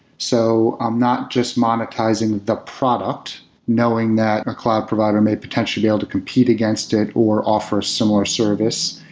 so i'm not just monetizing the product knowing that a cloud provider may potentially be able to compete against it or offer similar service.